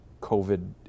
COVID